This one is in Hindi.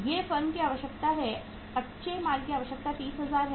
ये फर्म की आवश्यकता है कच्चे माल की आवश्यकता 30000 है